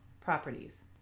properties